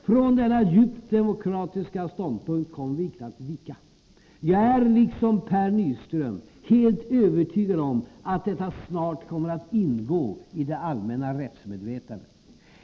Från denna djupt demokratiska ståndpunkt kommer vi icke att vika. Jag är, liksom Per Nyström, helt övertygad om att detta snart kommer att ingå i det allmänna rättsmedvetandet.